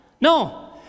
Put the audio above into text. No